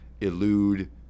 elude